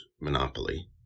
monopoly